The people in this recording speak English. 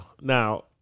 Now